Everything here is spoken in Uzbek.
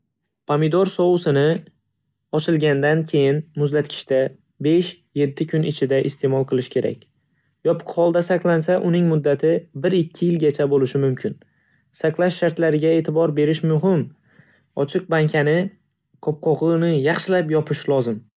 Pomidor sousini ochilgandan keyin muzlatgichda besh-yetti kun ichida iste'mol qilish kerak. Yopiq holda saqlansa, uning muddati bir-ikki yilgacha bo'lishi mumkin. Saqlash shartlariga e'tibor berish muhim, ochiq bankani qopqog'ini yaxshilab yopish lozim.